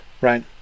right